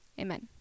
Amen